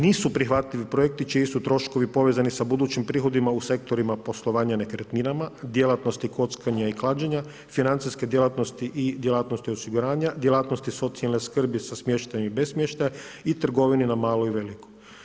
Nisu prihvatljivi projekti čiji su troškovi sa budućim prihodima u sektorima poslovanja nekretninama, djelatnosti kockanja i klađenja, financijske djelatnosti i djelatnosti osiguranja, djelatnosti socijalne skrbi sa smještajem i bez smještaja i trgovine na malo i veliko.